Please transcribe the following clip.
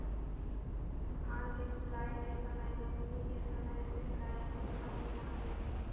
भांग के फूलाए के समय रोपनी के समय से प्रायः तीसरा महीना हई